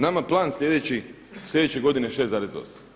Nama plan slijedeće godine 6,8.